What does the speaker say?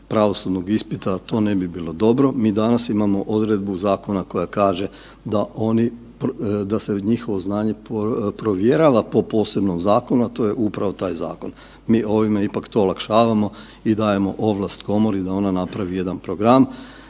pravosudnog ispita to ne bi bilo dobro. Mi danas imamo odredbu zakona koja kaže da se njihovo znanje provjerava po posebnom zakonu, a to je upravo taj zakon. Mi ovime time ipak olakšavamo i dajemo ovlast komori da ona napravi jedan program,